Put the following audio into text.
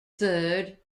third